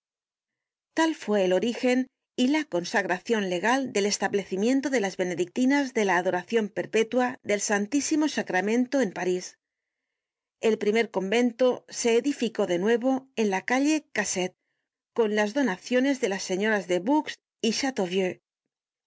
tal fue el origen y la consagracion legal del establecimiento de las benedictinas de la adoracion perpetua del santísimo sacramento en parís el primer convento se edificó de nuevo en la calle cassette con los donaciones de las señoras de boucs